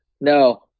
No